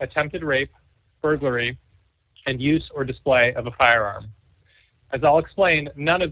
attempted rape burglary and use or display of a firearm as all explained none of